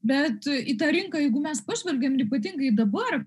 bet į tą rinką jeigu mes pažvelgiam ir ypatingai dabar